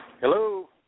Hello